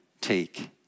take